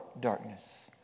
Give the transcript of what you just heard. darkness